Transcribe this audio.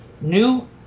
new